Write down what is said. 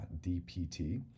D-P-T